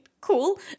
cool